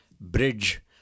bridge